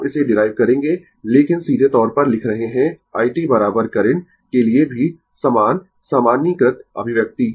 आप इसे डीराइव करेंगें लेकिन सीधे तौर पर लिख रहे है i t करंट के लिए भी समान सामान्यीकृत अभिव्यक्ति